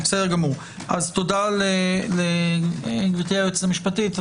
תודה לגברתי היועצת המשפטית.